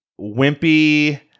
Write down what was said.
wimpy